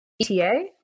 ETA